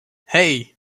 hey